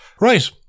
Right